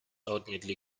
ultimately